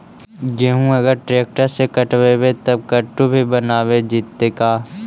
गेहूं अगर ट्रैक्टर से कटबइबै तब कटु भी बनाबे जितै का?